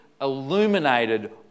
illuminated